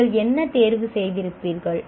நீங்கள் என்ன தேர்வு செய்திருப்பீர்கள்